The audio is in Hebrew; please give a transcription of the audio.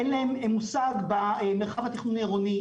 אין להם מושג במרחב התכנוני העירוני,